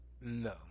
no